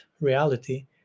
reality